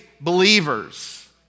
believers